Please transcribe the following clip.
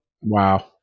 wow